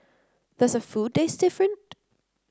does her food taste different